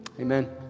Amen